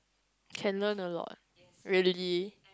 can learn a lot really